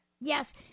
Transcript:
yes